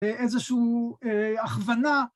‫איזושהי הכוונה.